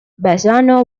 bassano